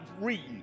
reading